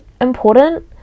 important